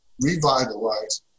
revitalize